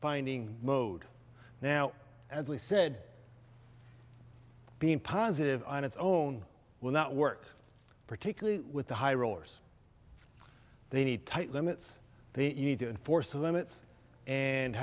finding mode now as we said being positive on its own will not work particularly with the high rollers they need tight limits they need to enforce the limits and